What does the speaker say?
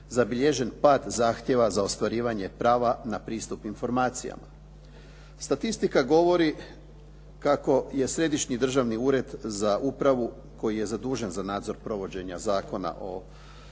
zabilježen pad zahtijeva za ostvarivanje prava na pristup informacijama. Statistika govori kako je Središnji državni ured za upravu koji je zadužen za nadzor provođenja zakona u